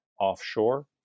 offshore